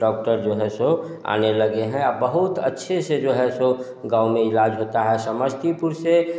doctor जो है सो आने लगे हैं अब बहुत अच्छे से जो है सो गाँव में इलाज़ होता है समस्तीपुर से